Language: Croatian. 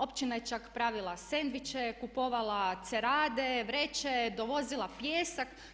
Općina je čak pravila sendviče, kupovala cerade, vreće, dovozila pijesak.